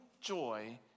joy